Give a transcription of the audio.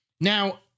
Now